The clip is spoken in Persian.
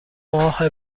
ماه